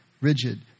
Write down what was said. rigid